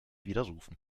widerrufen